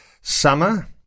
summer